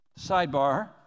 Sidebar